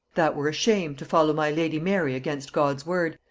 that were a shame, to follow my lady mary against god's word,